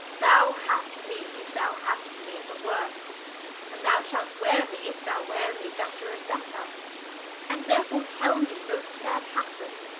thou hast me, if thou hast me, at the worst and thou shalt weare me, if thou weare me, better and better and therefore tell me, most faire katherine,